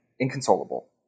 inconsolable